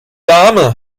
dame